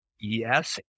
Yes